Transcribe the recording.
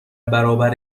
برابر